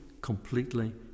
completely